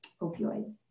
opioids